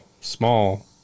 small